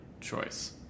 choice